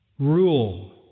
Rule